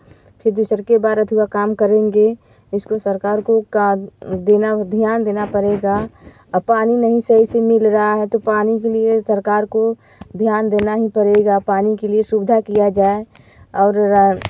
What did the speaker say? फिर जो सर के बारत हुआ काम करेंगे इसको सरकार को का देना ध्यान देना परेगा अ पानी नहीं सही से मिल रहा है तो पानी के लिए सरकार को ध्यान देना ही पड़ेगा पानी के लिए सुविधा दिया जाए और